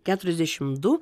keturiasdešim du